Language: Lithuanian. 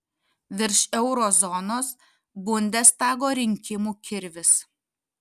virš euro zonos bundestago rinkimų kirvis